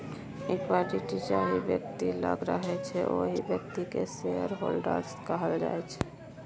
equity जाहि बेकती लग रहय छै ओहि बेकती केँ शेयरहोल्डर्स कहल जाइ छै